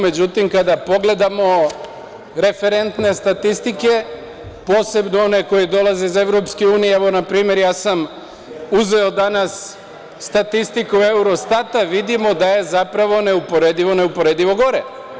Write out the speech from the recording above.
Međutim, kada pogledamo referentne statistike, posebno one koje dolaze iz EU, evo, npr. ja sam uzeo danas statistiku Eurostata, vidimo da je zapravo neuporedivo, neuporedivo gore.